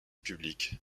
publics